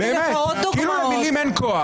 כאילו למילים אין כוח.